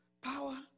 power